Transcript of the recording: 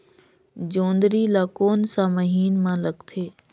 जोंदरी ला कोन सा महीन मां लगथे?